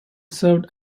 served